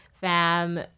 fam